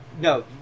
No